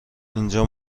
اینجا